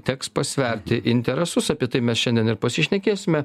teks pasverti interesus apie tai mes šiandien ir pasišnekėsime